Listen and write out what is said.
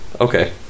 Okay